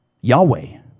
Yahweh